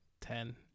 ten